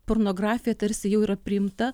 pornografija tarsi jau yra priimta